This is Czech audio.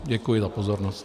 Děkuji za pozornost.